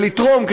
ולתרום,